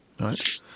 right